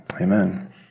amen